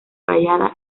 rayada